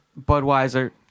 Budweiser